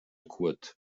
kurt